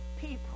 people